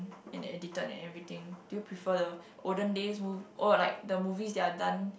and edited and everything do you prefer the olden days mov~ oh like the movies that are done